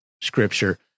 scripture